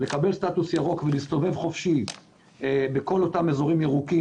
לקבל סטטוס ירוק ולהסתובב חופשי בכל אותם אזורים ירוקים,